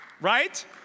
right